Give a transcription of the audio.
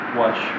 watch